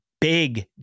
big